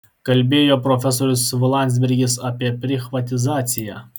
kalbėjo profesorius v landsbergis apie prichvatizaciją